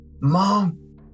mom